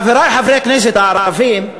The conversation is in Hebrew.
חברי חברי הכנסת הערבים,